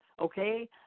Okay